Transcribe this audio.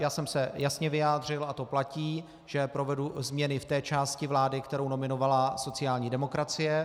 Já jsem se jasně vyjádřil, a to platí, že provedu změny v té části vlády, kterou nominovala sociální demokracie.